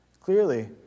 Clearly